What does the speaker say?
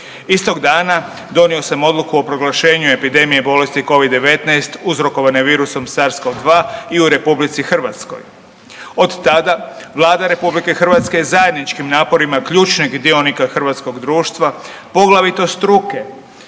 Istog dana donio sam odluku o proglašenju bolesti Covid-19 uzrokovane virusom SARS-COV 2 i u RH. Od tada Vlada RH zajedničkim naporima ključnih dionika hrvatskog društva poglavito struke